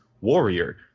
Warrior